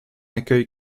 accueil